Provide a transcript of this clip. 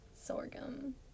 sorghum